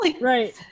Right